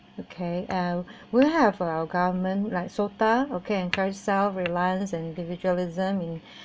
okay uh we have our government like SOTA okay encourage self-reliance and individualism in